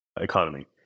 economy